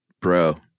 bro